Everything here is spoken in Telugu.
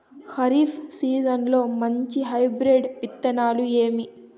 ఖరీఫ్ సీజన్లలో మంచి హైబ్రిడ్ విత్తనాలు ఏవి